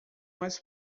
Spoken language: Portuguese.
mais